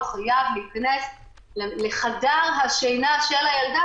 הוא חייב להיכנס לחדר השינה של הילדה